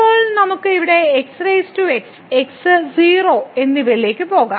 ഇപ്പോൾ നമുക്ക് ഇവിടെ xx x 0 എന്നിവയിലേക്ക് പോകാം